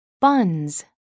buns